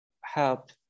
help